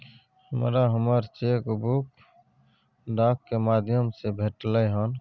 हमरा हमर cheque book डाक के माध्यम से भेटलय हन